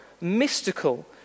mystical